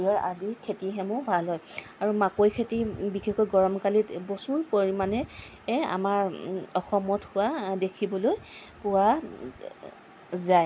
সৰিয়হ আদিৰ খেতিসমূহ ভাল হয় আৰু মাকৈ খেতি বিশেষকৈ গৰমকালিত প্ৰচুৰ পৰিমাণে আমাৰ অসমত হোৱা দেখিবলৈ পোৱা যায়